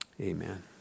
amen